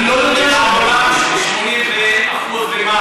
אני לא יודע שהם לא פליטים.